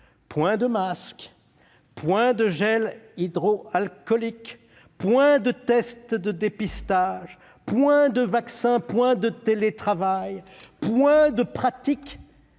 point de masques, point de gel hydroalcoolique, point de tests de dépistage, point de vaccins, point de télétravail, point de respect